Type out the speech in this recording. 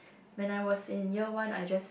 when I was in year one I just